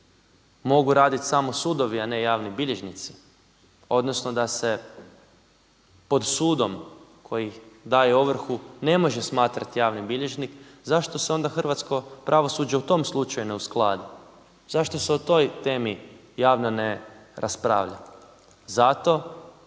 mogu raditi samo sudovi a ne javni bilježnici, odnosno da se pod sudom koji daje ovrhu ne može smatrati javni bilježnik? Zašto se onda hrvatsko pravosuđe u tom slučaju ne uskladi? Zašto se o toj temi javno ne raspravlja? Zato